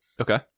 Okay